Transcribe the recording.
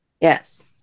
Yes